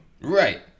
Right